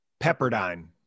Pepperdine